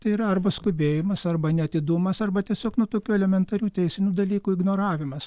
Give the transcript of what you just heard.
tai yra arba skubėjimas arba neatidumas arba tiesiog nu tokių elementarių teisinių dalykų ignoravimas